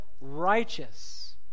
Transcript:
righteous